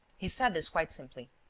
he said this quite simply.